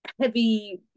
heavy